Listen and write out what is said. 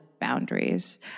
boundaries